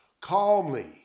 calmly